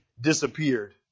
disappeared